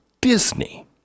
Disney